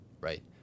right